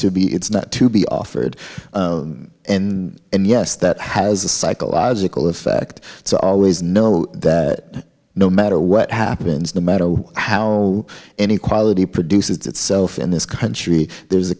to be it's not to be offered and yes that has a psychological effect so always know that no matter what happens no matter how any quality produces itself in this country there's a